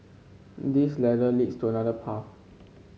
this ladder leads to another path